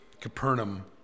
Capernaum